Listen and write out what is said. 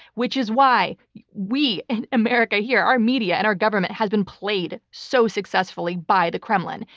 which is why we in america here, our media, and our government has been played so successfully by the kremlin.